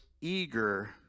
eager